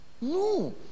No